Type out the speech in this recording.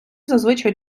зазвичай